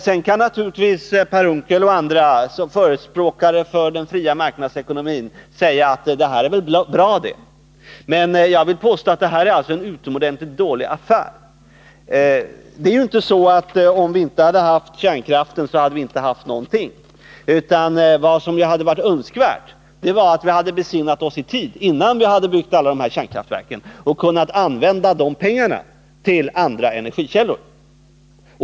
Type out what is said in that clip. Sedan kan naturligtvis Per Unckel och andra som förespråkar den fria marknadsekonomin säga att det är väl bra. Men jag vill påstå att det är en utomordentligt dålig affär. Det är inte så att om vi inte hade haft kärnkraften hade vi inte heller haft någonting annat. Vad som hade varit önskvärt är att vi hade besinnat oss i tid, innan vi hade byggt alla kärnkraftverken. Då hade vi kunnat använda de pengarna till andra energikällor.